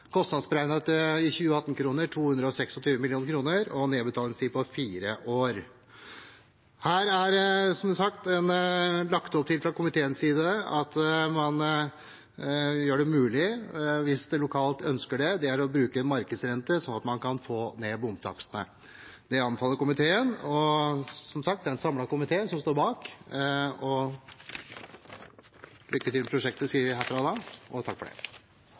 kostnadsberegnet til 226 mill. 2018-kroner og med en nedbetalingstid på fire år. Her er det fra komiteens side lagt opp til at man, hvis man lokalt ønsker det, gjør det mulig å bruke markedsrente, slik at man kan få ned bomtakstene. Det anbefaler komiteen, og som sagt: Det er en samlet komité som står bak. Da sier jeg lykke til med prosjektet